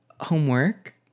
homework